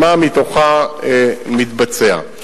מה מתוכה מתבצע.